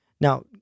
Now